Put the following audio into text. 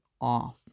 off